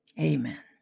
Amen